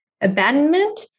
abandonment